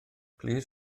plîs